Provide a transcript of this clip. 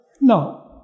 No